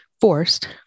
forced